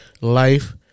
life